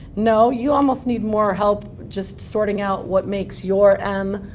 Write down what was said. no. you almost need more help just sorting out what makes your m,